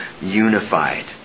unified